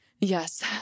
Yes